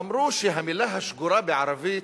הם אמרו שהמלה השגורה בערבית,